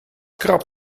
krabt